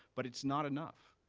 but it's not enough.